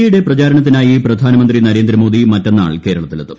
A യുടെ പ്രചാരണത്തിനായി പ്രധാനമന്ത്രി നരേന്ദ്രമോദി മറ്റന്നാൾ കേരളത്തിലെത്തും